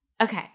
Okay